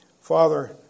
Father